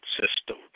system